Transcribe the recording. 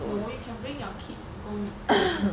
no you can bring your kids to go next time